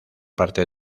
parte